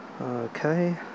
Okay